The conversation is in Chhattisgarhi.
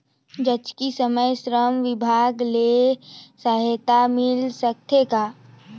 जचकी समय श्रम विभाग ले सहायता मिल सकथे का?